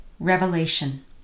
Revelation